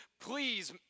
please